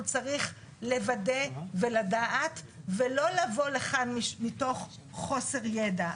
הוא צריך לוודא ולדעת ולא לבוא לכאן מתוך חוסר ידע.